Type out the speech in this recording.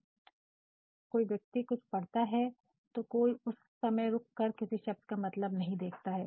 परंतु जब कोई व्यक्ति कुछ पढ़ता है तो कोई उस समय रुक कर किसी शब्द का मतलब नहीं देखता है